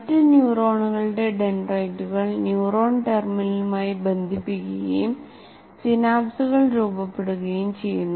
മറ്റ് ന്യൂറോണുകളുടെ ഡെൻഡ്രൈറ്റുകൾ ന്യൂറോൺ ടെർമിനലുമായി ബന്ധിപ്പിക്കുകയും സിനാപ്സുകൾ രൂപപ്പെടുകയും ചെയ്യുന്നു